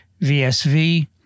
VSV